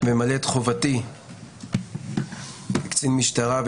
ממלא את חובתי כקצין משטרה,